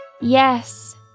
Yes